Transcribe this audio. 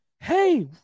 hey